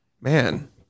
Man